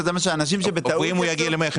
שזה מה שאנשים שבטעות --- ואם הוא יגיע ל-150?